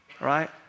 Right